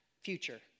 future